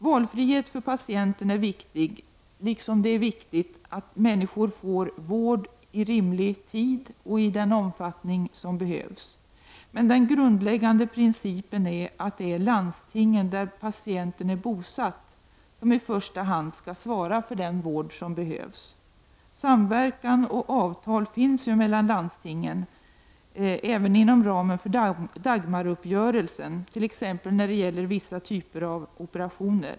Valfrihet för patienten är viktig, liksom det är viktigt att människor får vård i rimlig tid och i den omfattning som behövs. Men den grundläggande principen är att det är det landsting där patienten är bosatt som i första hand skall svara för den vård som behövs. Samverkan och avtal finns ju mellan landstingen, även inom ramen för Dagmaruppgörelsen, t.ex. när det gäller vissa typer av operationer.